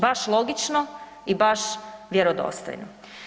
Baš logično i baš vjerodostojno.